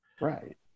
Right